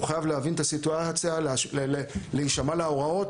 והוא חייב להבין את הסיטואציה ולהישמע להוראות.